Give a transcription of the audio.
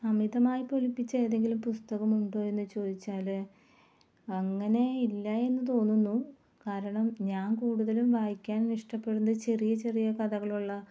അമിതമായി പൊലിപ്പിച്ച ഏതെങ്കിലും പുസ്തകം ഉണ്ടോ എന്ന് ചോദിച്ചാൽ അങ്ങനെ ഇല്ല എന്ന് തോന്നുന്നു കാരണം ഞാന് കൂടുതലും വായിക്കാന് ഇഷ്ടപ്പെടുന്നത് ചെറിയ ചെറിയ കഥകളുള്ള